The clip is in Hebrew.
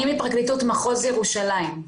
אני מפרקליטות מחוז ירושלים.